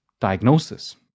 diagnosis